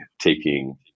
taking